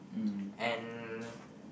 and